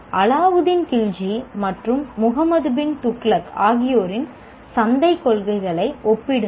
அலாவுதீன் கில்ஜி மற்றும் முஹம்மது பின் துக்ளக் ஆகியோரின் சந்தைக் கொள்கைகளை ஒப்பிடுக